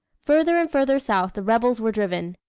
further and further south the rebels were driven.